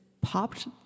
popped